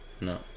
No